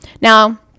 now